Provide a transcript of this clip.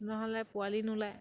নহ'লে পোৱালি নোলায়